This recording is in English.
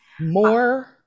More